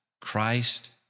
Christ